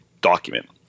document